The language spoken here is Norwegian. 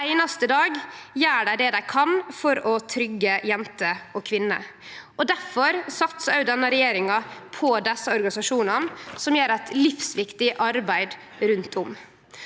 einaste dag gjer dei det dei kan for å tryggje jenter og kvinner. Difor satsar denne regjeringa på desse organisasjonane, som gjer eit livsviktig arbeid rundt om.